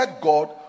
God